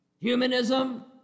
humanism